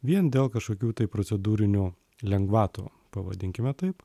vien dėl kažkokių tai procedūrinių lengvatų pavadinkime taip